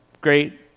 great